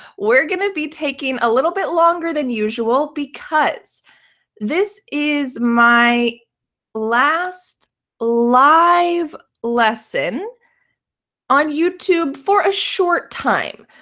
we're going to be taking a little bit longer than usual because this is my last live lesson on youtube for a short time.